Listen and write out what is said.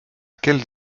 quelle